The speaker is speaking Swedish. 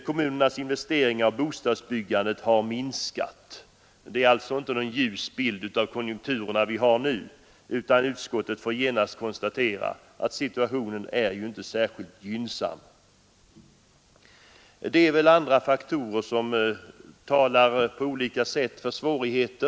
Kommunernas investeringar och bostadsbyggandet har minskat. Det är alltså inte någon ljus bild som tecknas av den konjunktur vi nu har, utan utskottet konstaterar att situationen inte är särskilt gynnsam. En del andra faktorer talar på olika sätt om att det finns svårigheter.